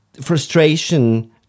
frustration